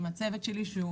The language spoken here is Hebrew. יחד עם הצוות שלי,